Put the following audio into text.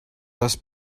das